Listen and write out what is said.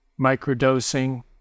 microdosing